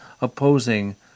opposing